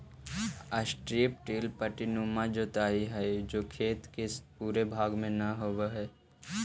strip till पट्टीनुमा जोताई हई जो खेत के पूरे भाग में न होवऽ हई